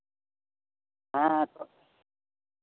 ᱦᱮᱸ